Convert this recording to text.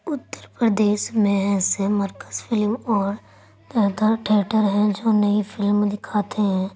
اُترپردیس میں ایسے مرکز فلم اور تھیٹر ہیں جو نئی فلمیں دکھاتے ہیں